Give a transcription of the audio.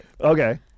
Okay